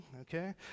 okay